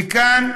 וכאן,